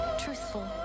truthful